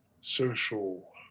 social